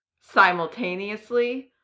simultaneously